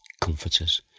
comforters